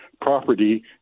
property